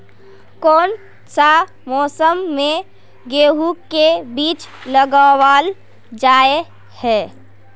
कोन सा मौसम में गेंहू के बीज लगावल जाय है